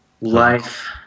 Life